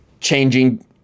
changing